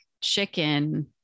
chicken